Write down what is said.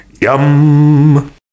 Yum